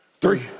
Three